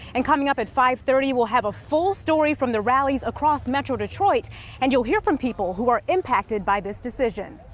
and coming up at five thirty, we'll have a full story from the rallies across metro detroit and hear from people who are impacted by this decision.